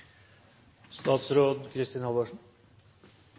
statsråd Kristin Halvorsen.